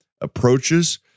approaches